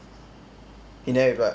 he never reply